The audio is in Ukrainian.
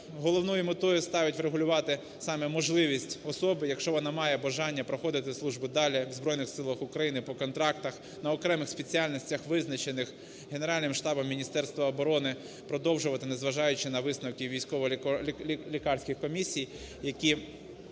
головною метою ставить врегулювати саме можливість особи, якщо вона має бажання проходити службу далі в Збройних Силах України по контрактах на окремих спеціальностях, визначених Генеральним штабом Міністерства оборони, продовжувати, не зважаючи на висновки військово-лікарських комісій, які